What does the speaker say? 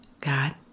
God